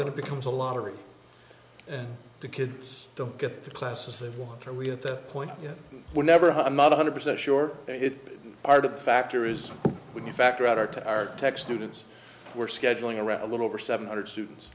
then it becomes a lottery and the kids don't get the classes they want to read at that point yet whenever one hundred percent sure it part of the factor is when you factor out our to our tech students were scheduling around a little over seven hundred students